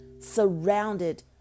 surrounded